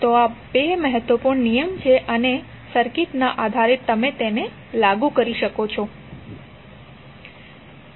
તો આ 2 મહત્વપૂર્ણ નિયમ છે અને સર્કિટના આધારે તમે તેમને લાગુ કરી શકો છો